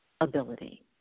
ability